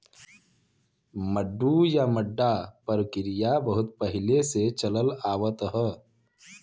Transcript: मड्डू या मड्डा परकिरिया बहुत पहिले से चलल आवत ह